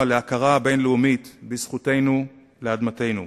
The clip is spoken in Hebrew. להכרה הבין-לאומית בזכותנו לאדמה משלנו,